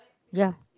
ya